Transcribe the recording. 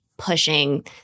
pushing